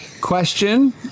question